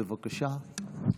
בבקשה.